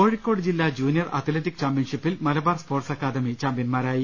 കോഴിക്കോട് ജില്ലാ junior athletic ചാമ്പ്യൻഷിപ്പിൽ Malabar sports academy ചാമ്പ്യന്മാരായി